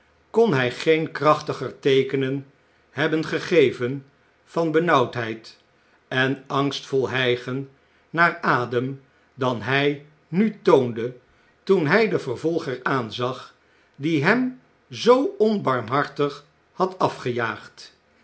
kon hy geen krachtiger teekenen hebben gegeven van benauwdheid en angstvol hygen naar adem dan hy nu toonde toen hy den vervolger aanzag die hem zoo onbarmhartig had afgejaagd